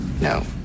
No